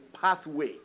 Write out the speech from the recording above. pathway